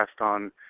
on